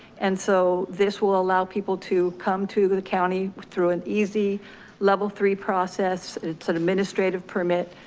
and so this will allow people to come to the county through an easy level three process. it's an administrative permit.